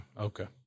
Okay